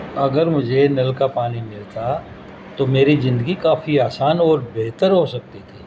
اگر مجھے نل کا پانی ملتا تو میری زندگی کافی آسان اور بہتر ہو سکتی تھی